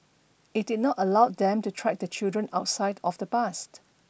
it did not allow them to track the children outside of the bus